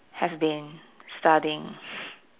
has been studying